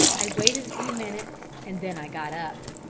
i waited a few minutes, and then i got up.